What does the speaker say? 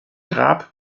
grab